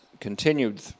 continued